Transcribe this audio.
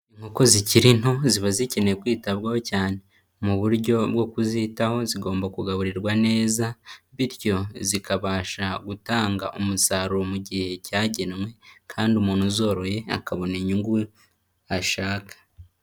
Inkoko zikiri nto ziba zikeneye kwitabwaho cyane, mu buryo bwo kuzitaho zigomba kugaburirwa neza, bityo zikabasha gutanga umusaruro mu gihe cyagenwe, kandi umuntu uzoroye akabona inyungu ashaka.